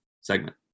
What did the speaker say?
segment